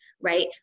right